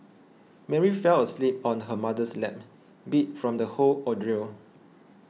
Mary fell asleep on her mother's lap beat from the whole ordeal